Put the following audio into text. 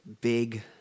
big